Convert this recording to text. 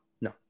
no